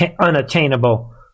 unattainable